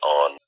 on